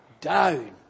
down